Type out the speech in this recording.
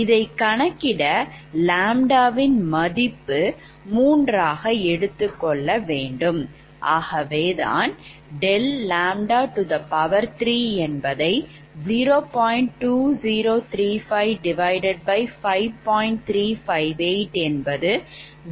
இதைக் கணக்கிட λ வின் மதிப்பு 3 ஆக எடுத்துக்கொள்ள வேண்டும்